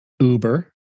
Uber